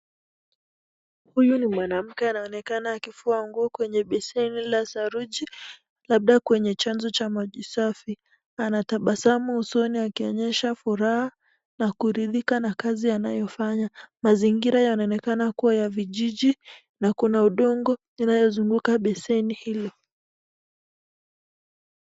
Huyu ni mwanamke anaonekana akifua nguo kwenye beseni la saruji labda kwenye chanzo cha maji safi, natabasamu usoni akionyesha furaha na kuridhika na kazi anayofanya, mazingira yanaonekana kuwa ya vijiji, na kuna udongo inayozunguka beseni hilo.